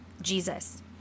Jesus